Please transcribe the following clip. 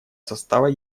состава